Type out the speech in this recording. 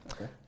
okay